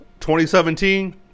2017